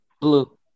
Blue